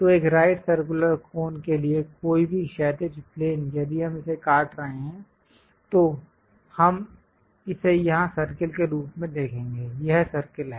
तो एक right circular cone के लिए कोई भी क्षैतिज प्लेन यदि हम इसे काट रहे हैं तो हम इसे यहां सर्कल के रूप में देखेंगे यह सर्कल है